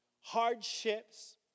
hardships